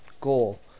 goal